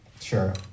Sure